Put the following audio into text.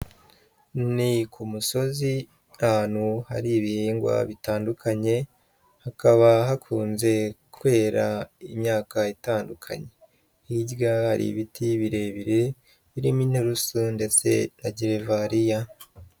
Ni ku musozi ahantu hari ibihingwa bitandukanye, hakaba hakunze kwera imyaka itandukanye, hirya hari ibiti birebire birimo inturusu ndetse na gerivariya.